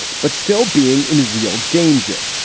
but still being in real danger.